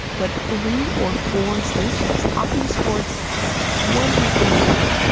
but three or four stations, talking sports twenty four seven.